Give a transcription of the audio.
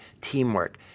teamwork